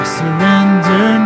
surrender